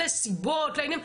לסיבות, לעניינים.